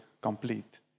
complete